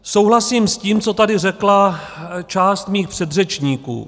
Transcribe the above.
Souhlasím s tím, co tady řekla část mých předřečníků.